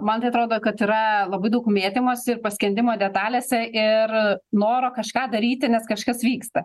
man tai atrodo kad yra labai daug mėtymosi ir paskendimo detalėse ir noro kažką daryti nes kažkas vyksta